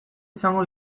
izango